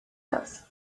das